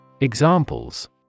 Examples